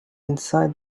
inside